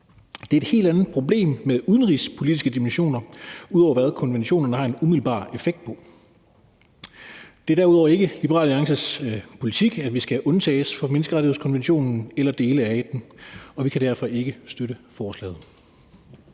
Det er et helt andet problem med udenrigspolitiske dimensioner ud over, hvad konventionerne har en umiddelbar effekt på. Det er derudover ikke Liberal Alliances politik, at vi skal undtages fra menneskerettighedskonventionen eller dele af den, og vi kan derfor ikke støtte forslaget.